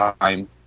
time